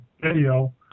video